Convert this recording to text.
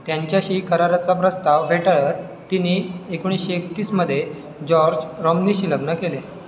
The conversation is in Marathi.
त्यांच्याशी कराराचा प्रस्ताव फेटाळत तिने एकोणीशे एकतीसमध्ये जॉर्ज रॉमनीशी लग्न केले